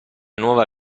nuova